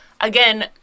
Again